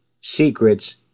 Secrets